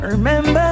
Remember